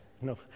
No